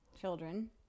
children